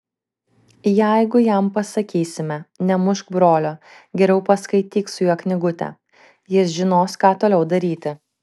jeigu jam pasakysime nemušk brolio geriau paskaityk su juo knygutę jis žinos ką toliau daryti